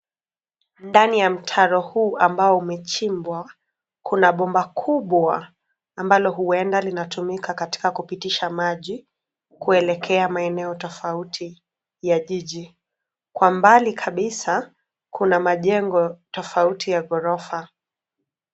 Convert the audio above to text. Ndani ya mtaro huu ambao umechimbwa kuna bomba kubwa ambalo huenda linatumika katika kupitisha maji kuelekea maeneo tofauti ya jiji. Kwa mbali kabisa kuna majengo tofauti ya gorofa.